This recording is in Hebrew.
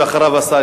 ואחריו השר,